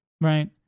right